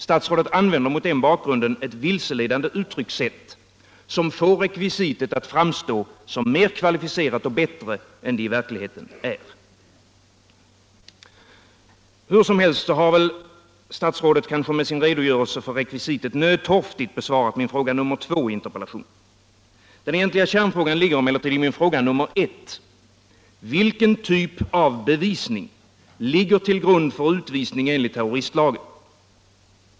Statsrådet använder mot den bakgrunden ett vilseledande uttryckssätt, som får rekvisitet att framstå som mer kvalificerat och bättre än det i verkligheten är. Hur som helst har statsrådet kanske med sin redogörelse för rekvisitet nödtorftigt besvarat min fråga nr 2 i interpellationen. Den egentliga kärnfrågan ligger emellertid i min fråga nr 1: Vilken typ av bevisning ligger till grund för utvisning enligt terroristlagen?